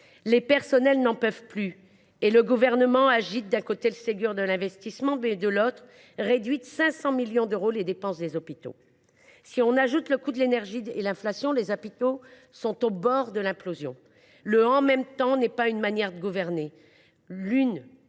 Les personnels n’en peuvent plus et le Gouvernement, d’un côté, agite le Ségur de l’investissement et, de l’autre, réduit de 500 millions d’euros les dépenses des hôpitaux. En ajoutant à tout cela le coût de l’énergie et l’inflation, les hôpitaux sont au bord de l’implosion. Le « en même temps » n’est pas une manière de gouverner, l’entre